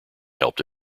helped